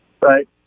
Right